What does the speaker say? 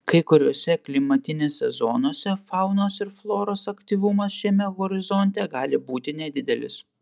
kai kuriose klimatinėse zonose faunos ir floros aktyvumas šiame horizonte gali būti nedidelis